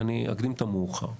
ואני אקדים את המאוחר.